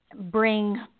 bring